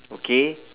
okay